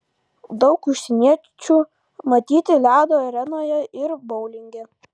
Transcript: daug užsieniečių matyti ledo arenoje ir boulinge